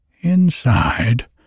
Inside